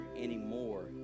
anymore